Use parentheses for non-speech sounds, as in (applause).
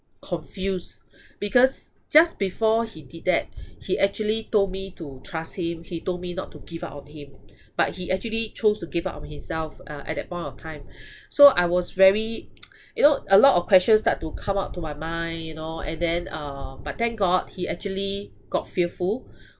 confused because just before he did that he actually told me to trust him he told me not to give up on him but he actually chose to give up on himself uh at that point of time so I was very (noise) you know a lot of questions start to come up to my mind you know and then uh but thank god he actually got fearful